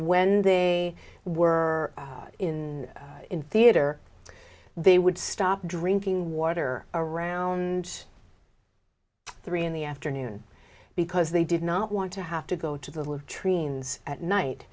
when they were in in theater they would stop drinking water around three in the afternoon because they did not want to have to go to the loo treen at night